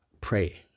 pray